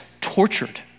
tortured